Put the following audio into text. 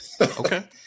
Okay